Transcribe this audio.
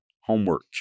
homework